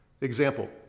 Example